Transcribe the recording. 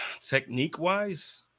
Technique-wise